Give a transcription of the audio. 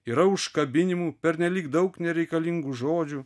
yra užkabinimu pernelyg daug nereikalingų žodžių